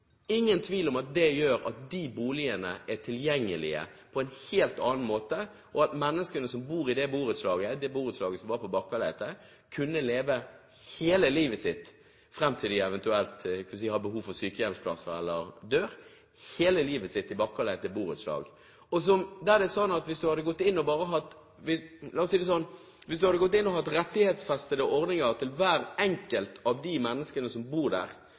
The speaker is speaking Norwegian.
ingen tvil om at det gjør at de boligene er tilgjengelige på en helt annen måte, og at menneskene som bor i det borettslaget, Barkaleitet, kan leve hele livet sitt der fram til de eventuelt har behov for sykehjemsplass eller dør. Hele livet sitt kan de bo i Barkaleitet borettslag. La oss si det sånn: Istedenfor at du hadde gått inn med rettighetsfestede ordninger for hvert enkelt av de menneskene som bor der,